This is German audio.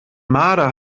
marder